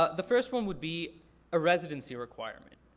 ah the first one would be a residency requirement.